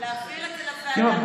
להעביר את זה לוועדת העבודה